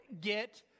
get